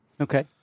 Okay